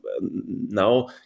now